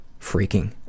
freaking